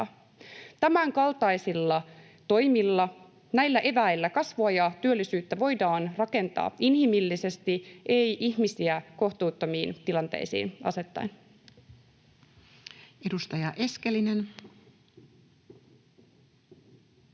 Tämänkaltaisilla toimilla, näillä eväillä kasvua ja työllisyyttä voidaan rakentaa inhimillisesti, ei ihmisiä kohtuuttomiin tilanteisiin asettaen. [Speech